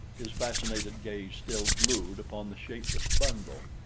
his fascinated gaze still glued upon the shapeless bundle.